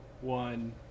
one